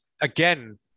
again